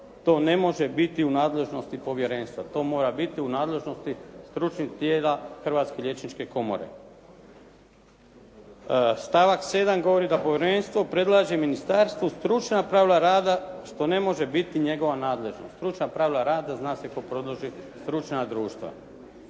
To ne može biti u nadležnosti povjerenstva. To mora biti u nadležnosti stručnih tijela Hrvatske liječničke komore. Stavak 7. govori da povjerenstvo predlaže Ministarstvu stručna pravila rada što ne može biti njegova nadležnost. Stručna pravila rada, zna se tko predlaže, stručna društva.